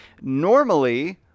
normally